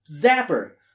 zapper